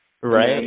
Right